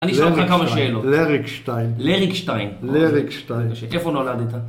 אני אשאל אותך כמה שאלות. לרקשטיין. לרקשטיין. לרקשטיין. איפה נולדת?